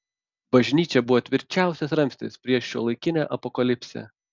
bažnyčia buvo tvirčiausias ramstis prieš šiuolaikinę apokalipsę